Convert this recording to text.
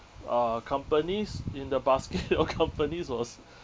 uh companies in the basket of companies was